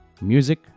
Music